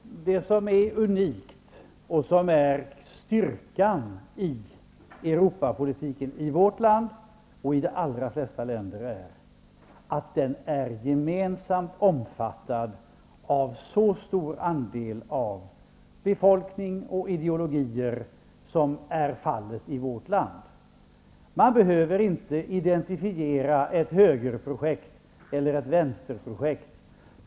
Herr talman! Det som är unikt och styrkan i Europapolitiken i vårt land, och i de allra flesta länder, är att den är gemensamt omfattad av en så stor andel av befolkning och ideologier som är fallet i vårt land. Man behöver inte identifiera ett högerprojekt eller ett vänsterprojekt.